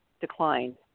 declined